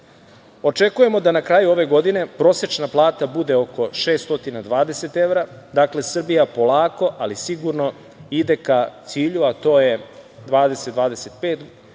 Očekujemo da na kraju ove godine prosečna plata bude oko 620 evra. Dakle, Srbija polako ali sigurno ide ka cilju, a to je da 2025.